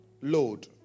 load